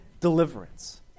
deliverance